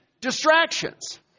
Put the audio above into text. distractions